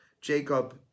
Jacob